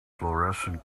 florescent